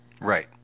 right